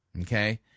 okay